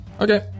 Okay